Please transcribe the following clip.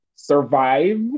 survive